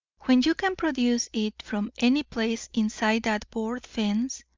when you can produce it from any place inside that board fence,